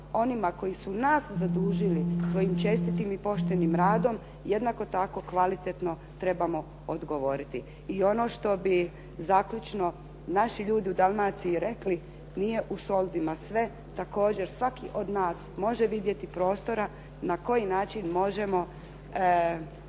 onima koji su nas zadužili svojim čestitim i poštenim radom jednako tako kvalitetno trebamo odgovoriti. I ono što bih zaključno naši ljudi u Dalmaciji rekli “nije u šoldima sve“ također svaki od nas može vidjeti prostora na koji način možemo